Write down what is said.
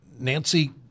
Nancy